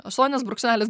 aštuonias brūkšnelis